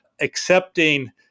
Accepting